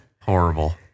Horrible